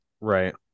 right